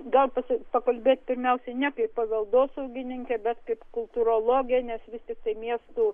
gal pasak pakalbėt ne kaip paveldosaugininkė bet kaip kultūrologė nes visi tiktai miestų